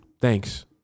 thanks